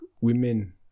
women